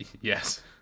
Yes